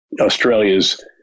Australia's